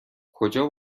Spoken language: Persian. کجا